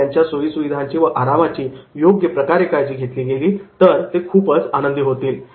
जर त्यांच्या सोयीसुविधांची व आरामाची योग्य प्रकारे काळजी घेतली गेली तर ते खूपच आनंदी होतील